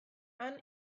han